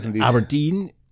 aberdeen